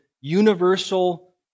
universal